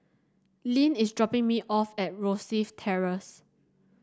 Linn is dropping me off at Rosyth Terrace